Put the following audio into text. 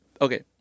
Okay